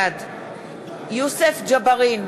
בעד יוסף ג'בארין,